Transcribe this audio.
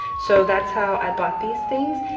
so that's how i bought these things.